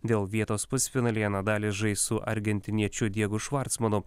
dėl vietos pusfinalyje nadalis žais su argentiniečiu diegu švartsmanu